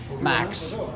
Max